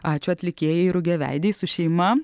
ačiū atlikėjai rugiaveidei su šeima